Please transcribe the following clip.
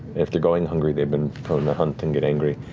if they're going hungry, they've been prone to hunt and get angry.